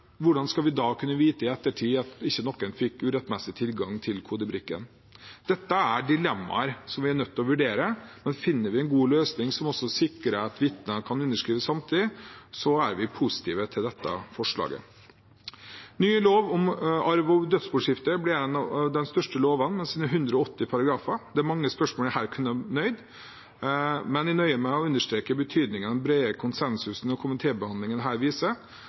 hvordan skal vi da kunne vite i ettertid at ikke noen fikk urettmessig tilgang til kodebrikken? Dette er dilemmaer som vi er nødt til å vurdere. Men finner vi en god løsning som også sikrer at vitnene kan underskrive samtidig, er vi positive til dette forslaget. Ny lov om arv og dødsboskifte blir en av de største lovene med sine 180 paragrafer. Det er mange spørsmål jeg her kunne nevnt, men jeg nøyer meg med å understreke betydningen av den brede konsensusen komitébehandlingen her viser.